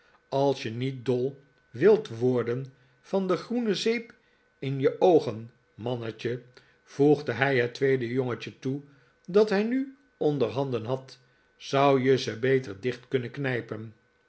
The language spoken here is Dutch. als je niet dol wilt worden van de groene zeep in je oogen mannetje voegde hij het tweede jongetje toe dat hij nu onderhanden had zou je ze beter dicht kunnen knijpen